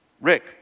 Rick